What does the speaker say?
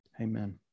Amen